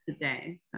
today